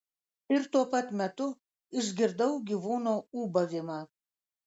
ir tuo pat metu išgirdau gyvūno ūbavimą